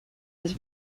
his